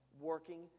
working